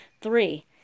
Three